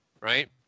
right